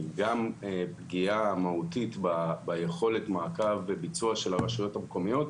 גם פגיעה מהותית ביכולת מעקב וביצוע של הרשויות המקומיות,